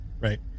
right